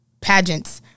pageants